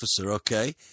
okay